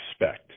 expect